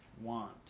want